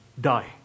die